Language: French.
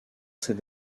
cette